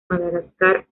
madagascar